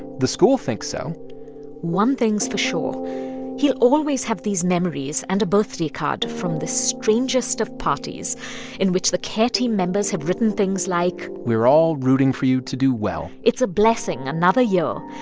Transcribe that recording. the school thinks so one thing's for sure he'll always have these memories and a birthday card from the strangest of parties in which the care team members have written things like. we're all rooting for you to do well it's a blessing, another year.